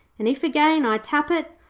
and if again i tap it,